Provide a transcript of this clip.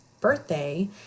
birthday